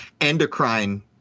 endocrine